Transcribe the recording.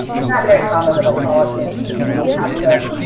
it's not very common with electrolysis. i mean you'd have to